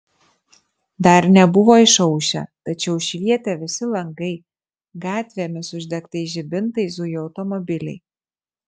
dar nebuvo išaušę tačiau švietė visi langai gatvėmis uždegtais žibintais zujo automobiliai